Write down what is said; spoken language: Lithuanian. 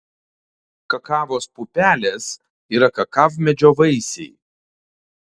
kakavos pupelės yra kakavmedžio vaisiai